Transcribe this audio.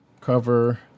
cover